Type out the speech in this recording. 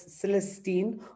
Celestine